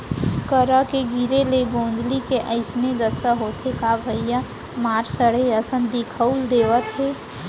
करा के गिरे ले गोंदली के अइसने दसा होथे का भइया मार सड़े असन दिखउल देवत हवय